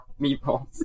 meatballs